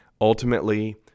Ultimately